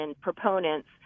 proponents